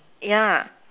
yeah